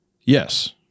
Yes